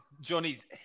Johnny's